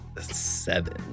seven